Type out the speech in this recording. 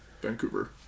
Vancouver